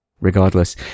Regardless